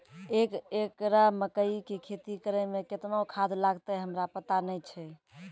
एक एकरऽ मकई के खेती करै मे केतना खाद लागतै हमरा पता नैय छै?